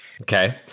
Okay